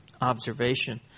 observation